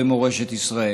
במורשת ישראל.